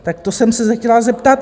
Tak to jsem se chtěla zeptat.